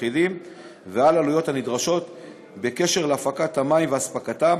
אחידים ועל עלויות הנדרשות בקשר להפקת המים ואספקתם.